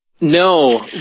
No